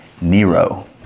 Nero